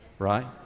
right